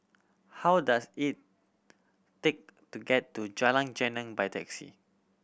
how does it take to get to Jalan Geneng by taxi